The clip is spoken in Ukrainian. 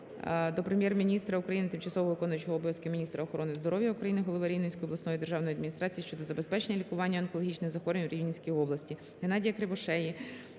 до Прем'єр-міністра України, тимчасово виконуючої обов'язки міністра охорони здоров'я України, голови Рівненської обласної державної адміністрації щодо забезпечення лікування онкологічних захворювань у Рівненській області. Геннадія Кривошеї